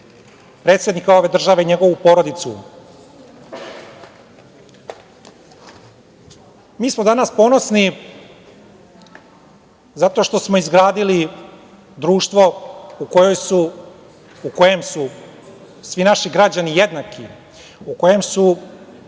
predsednika ove države i njegovu porodicu. Mi smo danas ponosni zato što smo izgradili društvo u kojem su svi naši građani jednaki, u kojem su